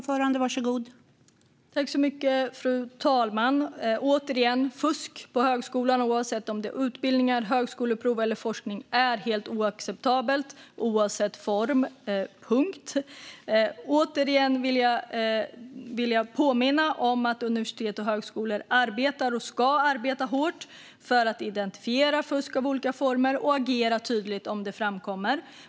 Fru talman! Återigen: Fusk, oavsett om det gäller utbildningar, högskoleprov eller forskning, är helt oacceptabelt oavsett form, punkt. Jag vill återigen påminna om att universitet och högskolor arbetar och ska arbeta hårt för att identifiera fusk i olika former och agera tydligt om sådant framkommer.